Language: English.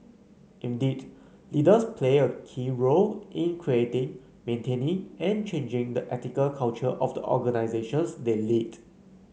indeed leaders play a key role in creating maintaining and changing the ethical culture of the organisations they lead